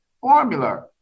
formula